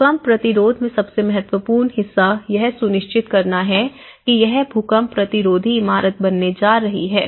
भूकंप प्रतिरोध में सबसे महत्वपूर्ण हिस्सा यह सुनिश्चित करना है कि यह भूकंप प्रतिरोधी इमारत बनने जा रही है